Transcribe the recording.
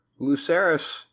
Luceris